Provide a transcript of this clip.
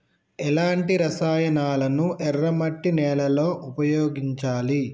ఎలాంటి రసాయనాలను ఎర్ర మట్టి నేల లో ఉపయోగించాలి?